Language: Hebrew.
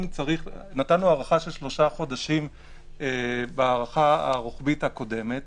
אם נתנו הארכה של שלושה חודשים בהארכה הרוחבית הקודמת,